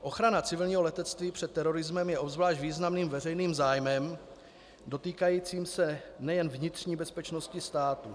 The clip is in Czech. Ochrana civilního letectví před terorismem je obzvlášť významným veřejným zájmem, dotýkajícím se nejen vnitřní bezpečnosti státu.